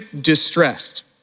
distressed